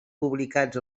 publicats